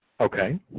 Okay